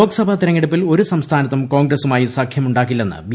ലോക്സഭാ തെരഞ്ഞെടുപ്പിൽ ഒരു സംസ്ഥാനത്തും കോൺഗ്രസുമായി ന് ാക്കില്ലെന്ന് ബി